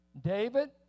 David